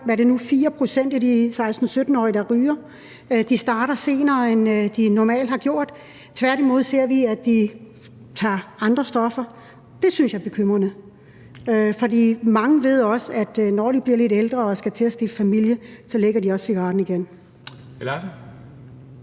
er nu kun 4 pct. af de 16-17-årige, der ryger. De starter senere, end de normalt har gjort. Derimod ser vi, at de tager andre stoffer. Det synes jeg er bekymrende. Mange ved, at når de bliver lidt ældre og skal til at stifte familie, lægger de også cigaretten igen.